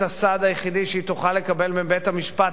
שגם את הסעד היחידי שהיא תוכל לקבל מבית-המשפט,